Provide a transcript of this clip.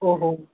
ओ हो